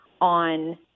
on